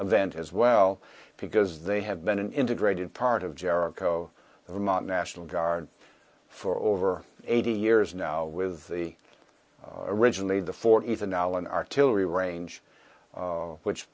event as well because they have been an integrated part of jericho of not national guard for over eighty years now with the originally the fort even allen artillery range which